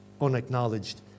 unacknowledged